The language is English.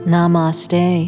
Namaste